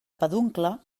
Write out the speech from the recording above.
peduncle